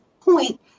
point